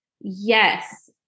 Yes